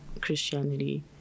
Christianity